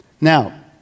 Now